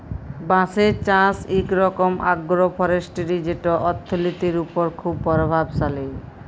বাঁশের চাষ ইক রকম আগ্রো ফরেস্টিরি যেট অথ্থলিতির উপর খুব পরভাবশালী